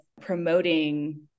promoting